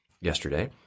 yesterday